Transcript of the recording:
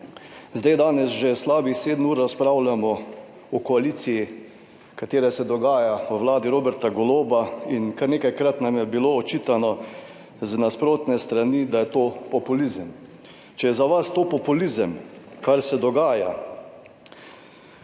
Zdaj danes že slabih 7 ur razpravljamo o koaliciji, katera se dogaja v Vladi Roberta Goloba in kar nekajkrat nam je bilo očitano z nasprotne strani, da je to populizem. Če je za vas to populizem, kar se dogaja,